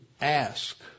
ask